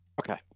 Okay